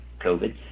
COVID